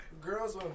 Girls